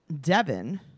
Devin